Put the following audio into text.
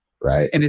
Right